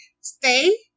stay